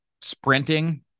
sprinting